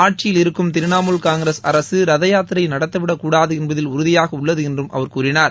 ஆட்சியில் இருக்கும் திரிணாமுல் காங்கிரஸ் அரசு ரதயாத்திரை நடக்கவிடக்கூடாது என்பதில் உறுதியாக உள்ளது என்றும் அவர் கூறினார்